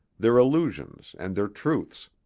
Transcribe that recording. their illusions and their truths.